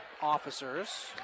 officers